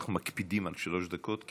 אנחנו מקפידים על שלוש דקות,